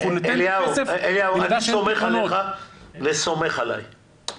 אנחנו ניתן כסף --- אני סומך עליך וסומך עליי.